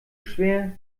schwer